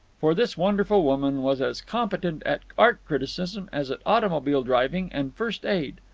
for this wonderful woman was as competent at art criticism as at automobile driving and first aid.